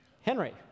Henry